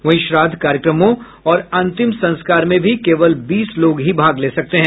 वहीं श्राद्व कार्यक्रमों और अंतिम संस्कार में भी केवल बीस लोग ही भाग ले सकते हैं